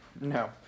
No